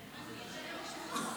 אנחנו